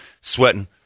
sweating